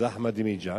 זה אחמדינג'אד,